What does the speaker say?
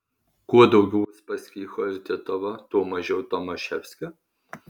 kuo daugiau uspaskicho ir titovo tuo mažiau tomaševskio